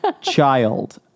child